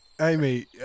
Amy